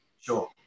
Sure